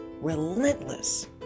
relentless